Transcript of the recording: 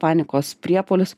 panikos priepuolis